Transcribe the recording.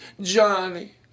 Johnny